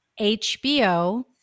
HBO